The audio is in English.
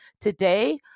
today